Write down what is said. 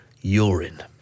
urine